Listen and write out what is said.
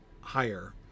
higher